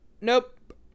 Nope